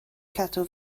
cadw